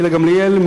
גילה גמליאל,